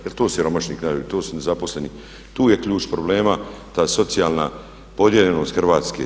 Jer to su siromašni krajevi, to su nezaposleni, tu je ključ problema ta socijalna podijeljenost Hrvatske.